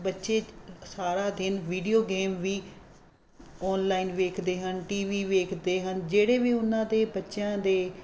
ਬੱਚੇ ਸਾਰਾ ਦਿਨ ਵੀਡੀਓ ਗੇਮ ਵੀ ਆਨਲਾਈਨ ਵੇਖਦੇ ਹਨ ਟੀ ਵੀ ਵੇਖਦੇ ਹਨ ਜਿਹੜੇ ਵੀ ਉਹਨਾਂ ਦੇ ਬੱਚਿਆਂ ਦੇ